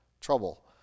trouble